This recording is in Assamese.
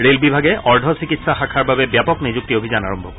ৰে'ল বিভাগে অৰ্ধ চিকিৎসা শাখাৰ বাবে ব্যাপক নিযুক্তি অভিযান আৰম্ভ কৰিব